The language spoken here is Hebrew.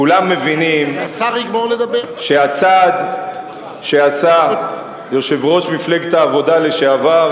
כולם מבינים שהצעד שעשה יושב-ראש מפלגת העבודה לשעבר,